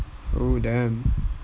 oh damn